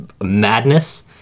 madness